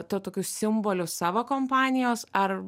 tuo tokiu simboliu savo kompanijos ar